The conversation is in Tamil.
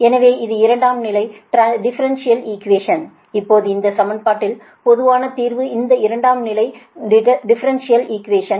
எனவே இது இரண்டாம் நிலை டிஃபரெண்ஷியல் இகுவேஸன் இப்போது இந்த சமன்பாட்டின் பொதுவான தீர்வு இந்த இரண்டாம் நிலை டிஃபரெண்டில் இகுவேஸன்